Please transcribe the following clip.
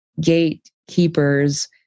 gatekeepers